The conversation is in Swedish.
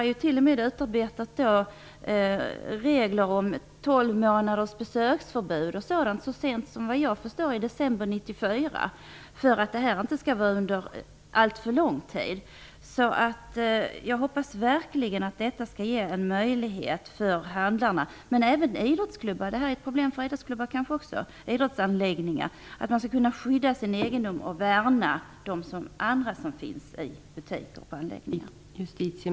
Det har t.o.m. utarbetats regler om tolv månaders besöksförbud och sådant så sent som i december 1994, vad jag förstår, för att det inte skall vara under alltför lång tid. Jag hoppas verkligen att detta skall ge en möjlighet för handlarna. Men detta är kanske också ett problem för idrottsanläggningar. Man måste kunna skydda sin egendom och värna de andra som finns i butiker och på anläggningar.